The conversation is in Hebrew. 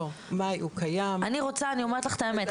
אני אומרת לך את האמת,